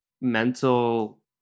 mental